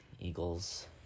Eagles